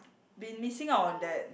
been missing out on that